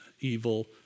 evil